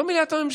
לא מליאת הממשלה.